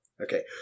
Okay